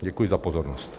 Děkuji za pozornost.